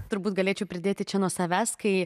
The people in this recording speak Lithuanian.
turbūt galėčiau pridėti čia nuo savęs kai